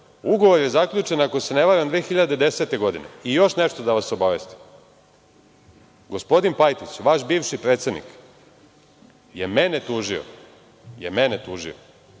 Ugovor je zaključen, ako se ne varam 2010. godine. Još nešto da vas obavestim. Gospodin Pajtić, vaš bivši predsednik, je mene tužio za klevete